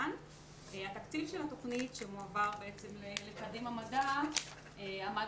התקציב של התוכנית שמועבר לקדימה מדע עמד